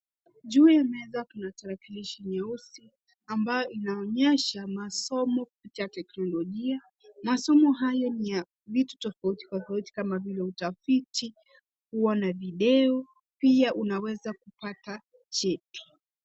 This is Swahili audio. Juu ya meza kuna tarakilishi nyeusi ambayo inaonyesha masomo ya teknolojia. Masomo hayo ni ya vitu tofauti tofauti kama vile utafiti, kuona video pia unaweza kupata cheti.